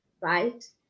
right